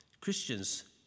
Christians